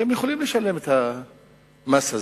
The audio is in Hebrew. כי הם יכולים לשלם את המס הזה.